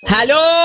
Hello